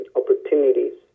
opportunities